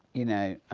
you know,